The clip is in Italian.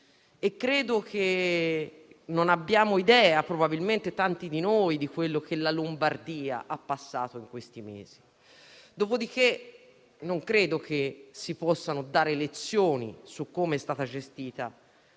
Credo che tanti di noi probabilmente non abbiano idea di quello che la Lombardia ha passato in questi mesi. Dopodiché, non credo che si possano dare lezioni su come è stata gestita